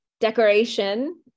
decoration